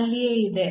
ಅಲ್ಲಿಯೇ ಇದೆ